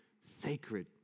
sacred